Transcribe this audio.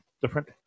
different